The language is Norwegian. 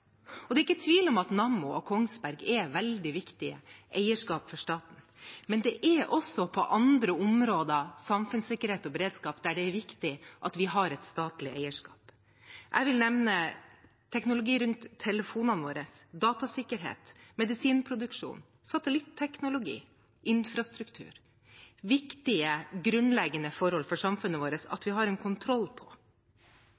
Det er ikke tvil om at Nammo og Kongsberg er veldig viktige eierskap for staten, men det er også andre områder innen samfunnssikkerhet og beredskap der det er viktig at vi har et statlig eierskap. Jeg vil nevne teknologi rundt telefonene våre, datasikkerhet, medisinproduksjon, satellitteknologi, infrastruktur – grunnleggende forhold det er viktig for samfunnet vårt at